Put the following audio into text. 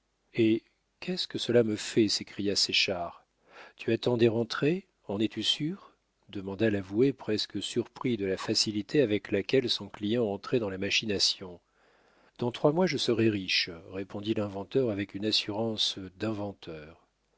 eh qu'est-ce que cela me fait s'écria séchard tu attends des rentrées en es-tu sûr demanda l'avoué presque surpris de la facilité avec laquelle son client entrait dans la machination dans trois mois je serai riche répondit l'inventeur avec une assurance d'inventeur